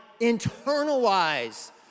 internalize